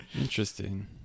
Interesting